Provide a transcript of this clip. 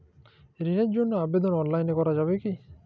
ঋণের জন্য আবেদন অনলাইনে করা যাবে কি?